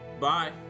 Bye